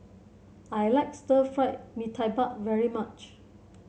I like Stir Fried Mee Tai Mak very much